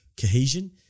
cohesion